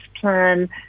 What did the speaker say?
Plan